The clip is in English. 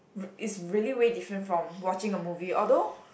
re~ is really way different from watching a movie although